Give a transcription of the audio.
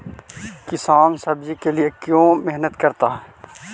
किसान सब्जी के लिए क्यों मेहनत करता है?